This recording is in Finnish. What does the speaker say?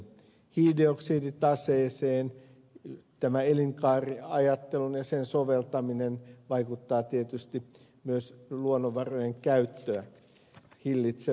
hiilidioksiditaseeseen elinkaariajattelu ja sen soveltaminen vaikuttavat tietysti myös luonnonvarojen käyttöä hillitsevästi